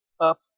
up